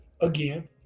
again